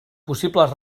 possibles